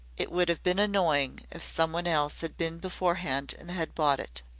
it would have been annoying if someone else had been beforehand and had bought it.